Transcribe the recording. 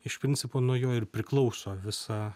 iš principo nuo jo ir priklauso visa